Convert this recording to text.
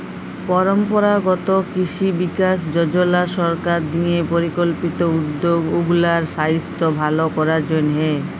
পরম্পরাগত কিসি বিকাস যজলা সরকার দিঁয়ে পরিকল্পিত উদ্যগ উগলার সাইস্থ্য ভাল করার জ্যনহে